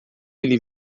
ele